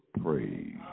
praise